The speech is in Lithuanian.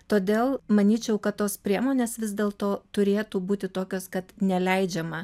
todėl manyčiau kad tos priemonės vis dėl to turėtų būti tokios kad neleidžiama